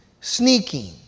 sneaking